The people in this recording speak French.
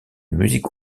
music